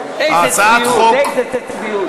הצעת חוק